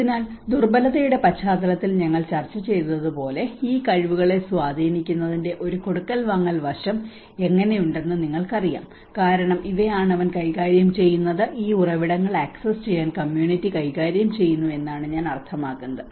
അതിനാൽ ദുർബലതയുടെ പശ്ചാത്തലത്തിൽ ഞങ്ങൾ ചർച്ച ചെയ്തതുപോലെ ഈ കഴിവുകളെ സ്വാധീനിക്കുന്നതിന്റെ ഒരു കൊടുക്കൽ വാങ്ങൽ വശം എങ്ങനെയുണ്ടെന്ന് നിങ്ങൾക്കറിയാം കാരണം ഇവയാണ് അവൻ കൈകാര്യം ചെയ്യുന്നത് ഈ ഉറവിടങ്ങൾ ആക്സസ് ചെയ്യാൻ കമ്മ്യൂണിറ്റി കൈകാര്യം ചെയ്യുന്നു എന്നാണ് ഞാൻ അർത്ഥമാക്കുന്നത്